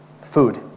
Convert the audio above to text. food